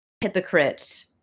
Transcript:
hypocrite